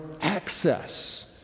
access